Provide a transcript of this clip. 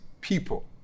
people